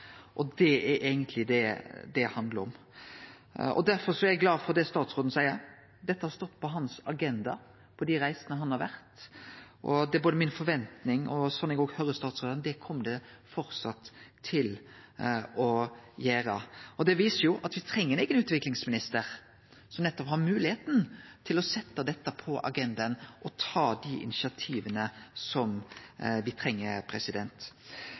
Det er eigentleg det det handlar om. Derfor er eg glad for det som statsråden seier, at dette har stått på agendaen hans på reisene han har vore på. Det er mi forventning – og slik eg òg høyrer stataråden – at det kjem det framleis til å gjere. Det viser at me treng ein eigen utviklingsminister som nettopp har moglegheit til å setje dette på agendaen og ta dei initiativa som me treng.